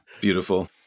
beautiful